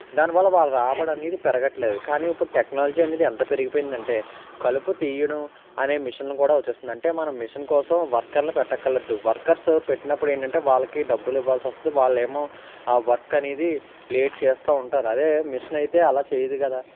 దానివల్ల వాళ్ళ రాబడి అనేది పెరగట్లేదు కానీ ఇప్పుడు టెక్నాలజీ అనేది ఎంత పెరిగిపోయింది అంటే కలుపు తీయడం అనే మిషన్లు కూడా వచ్చేస్తుంది అంటే మనం మిషన్ కోసం వర్కర్లని పెట్టక్కర్లేదు వర్కర్సు పెట్టినప్పుడు ఏంటంటే వాళ్ళకి డబ్బులు ఇవ్వాల్సి వస్తది వాళ్లేమో ఆ వర్క్ అనేది లేట్ చేస్తా ఉంటారు అదే మిషన్ అయితే అలా చేయదు కదా